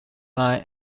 line